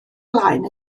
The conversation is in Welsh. blaen